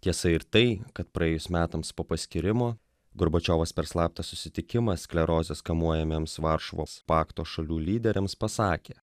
tiesa ir tai kad praėjus metams po paskyrimo gorbačiovas per slaptą susitikimą sklerozės kamuojamiems varšuvos pakto šalių lyderiams pasakė